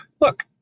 look